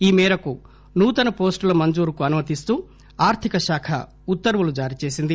ఈ మేరకు నూతన పోస్టుల మంజురుకు అనుమతిస్తూ ఆర్లిక శాఖ ఉత్తర్వులు జారీచేసింది